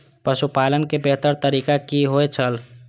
पशुपालन के बेहतर तरीका की होय छल?